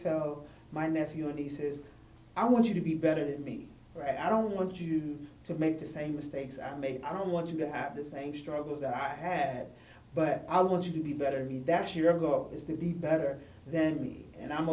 tell my nephew and he says i want you to be better than me i don't want you to make the same mistakes i made i don't want you to have the same struggles that i had but i want you to be better that's your goal is to be better then me and i'm